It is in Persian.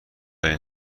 این